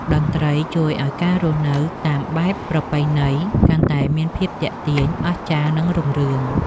តន្ត្រីជួយឱ្យការរស់នៅតាមបែបប្រពៃណី កាន់តែមានភាពទាក់ទាញ អស្ចារ្យ និងរុងរឿង។